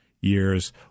years